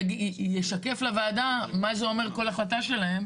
שישקף לוועדה מה זה אומר כל החלטה שלהם,